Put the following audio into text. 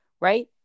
right